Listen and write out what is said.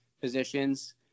positions